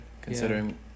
considering